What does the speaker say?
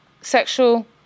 sexual